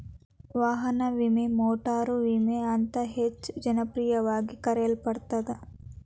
ವಾಹನ ವಿಮೆ ಮೋಟಾರು ವಿಮೆ ಅಂತ ಹೆಚ್ಚ ಜನಪ್ರಿಯವಾಗಿ ಕರೆಯಲ್ಪಡತ್ತ